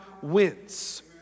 wins